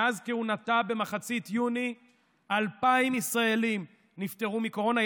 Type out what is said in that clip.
מאז כהונתה במחצית יוני 2,000 ישראלים נפטרו מקורונה,